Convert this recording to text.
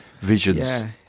visions